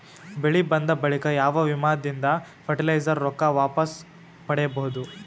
ಬೆಳಿ ಬಂದ ಬಳಿಕ ಯಾವ ವಿಮಾ ದಿಂದ ಫರಟಿಲೈಜರ ರೊಕ್ಕ ವಾಪಸ್ ಪಡಿಬಹುದು?